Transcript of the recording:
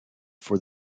for